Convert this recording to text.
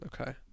okay